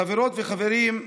חברות וחברים,